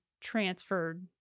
transferred